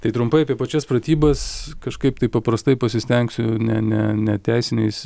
tai trumpai apie pačias pratybas kažkaip taip paprastai pasistengsiu ne ne ne teisiniais